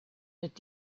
wird